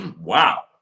wow